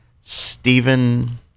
Stephen